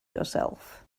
yourself